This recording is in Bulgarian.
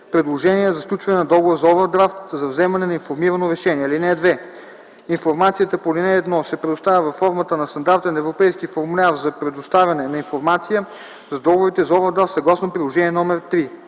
предложения за сключване на договор за овърдрафт за вземане на информирано решение. (2) Информацията по ал. 1 се предоставя във формата на стандартен европейски формуляр за предоставяне на информация за договорите за овърдрафт, съгласно Приложение № 3.